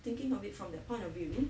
thinking of it from their point of view